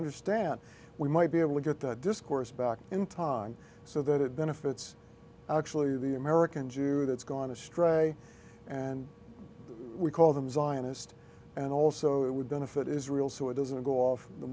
understand we might be able to get the discourse back in time so that it benefits actually the american jew that's gone astray and we call them zionist and also it would benefit israel so it doesn't go off the